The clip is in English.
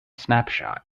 snapshot